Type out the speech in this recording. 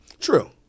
True